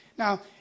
Now